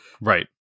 Right